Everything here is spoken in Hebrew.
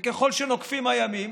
וככל שנוקפים הימים,